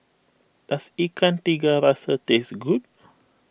does Ikan Tiga Rasa taste good